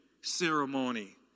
ceremony